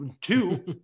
Two